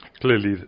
clearly